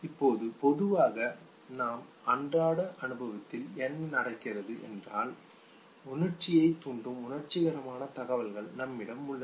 இப்போது பொதுவாக நம் அன்றாட அனுபவத்தில் என்ன நடக்கிறது என்றால் உணர்ச்சியைத் தூண்டும் உணர்ச்சிகரமான தகவல்கள் நம்மிடம் உள்ளன